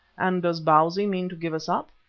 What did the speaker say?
and does bausi mean to give us up?